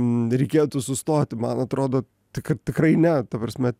reikėtų sustoti man atrodo tikr tikrai ne ta prasme